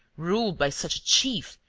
ruled by such a chief,